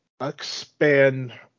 expand